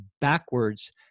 backwards